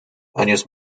años